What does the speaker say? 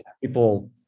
people